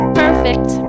perfect